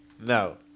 No